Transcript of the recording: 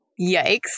Yikes